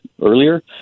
earlier